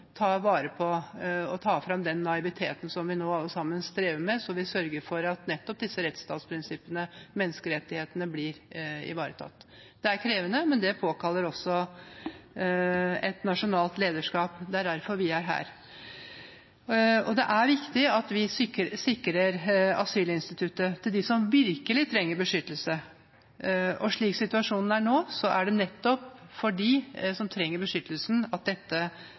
ta vare på og ta fram den naiviteten som vi alle nå strever med, slik at vi sørger for at rettsstatsprinsippene og menneskerettighetene blir ivaretatt. Det er krevende, men det påkaller også et nasjonalt lederskap. Det er derfor vi er her. Det er viktig at vi sikrer asylinstituttet for dem som virkelig trenger beskyttelse. Slik situasjonen er nå, er det nettopp for dem som trenger beskyttelse, at dette